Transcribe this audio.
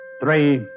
Three